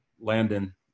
Landon